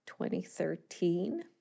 2013